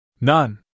None